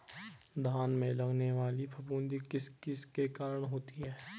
धान में लगने वाली फफूंदी किस किस के कारण होती है?